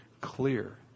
clear